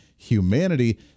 Humanity